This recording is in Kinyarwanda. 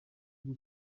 bwo